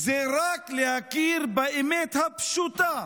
זה רק להכיר באמת הפשוטה